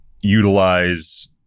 utilize